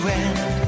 end